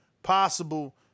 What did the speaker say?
Possible